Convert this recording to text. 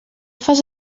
fas